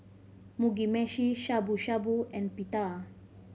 Mugi Meshi Shabu Shabu and Pita